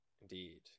Indeed